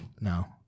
No